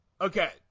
Okay